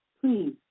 Please